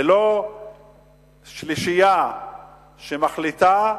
ולא שלישייה שמחליטה,